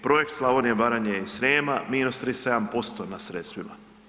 Projekt Slavonije, Baranje i Srijema, minus 37% na sredstvima.